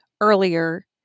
earlier